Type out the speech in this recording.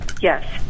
Yes